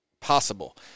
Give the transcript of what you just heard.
possible